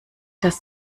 das